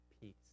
peace